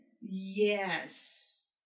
Yes